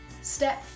step